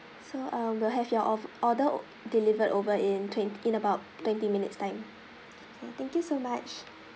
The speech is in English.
so uh we'll have your off~ order delivered over in twen~ in about twenty minutes time so thank you so much